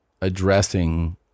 addressing